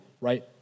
right